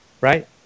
right